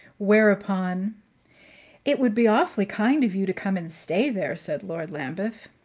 whereupon it would be awfully kind of you to come and stay there, said lord lambeth.